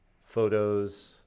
photos